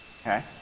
Okay